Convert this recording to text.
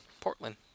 Portland